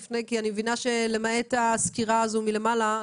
אני מבינה שלמעט הסקירה הזאת מלמעלה,